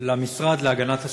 למשרד להגנת הסביבה,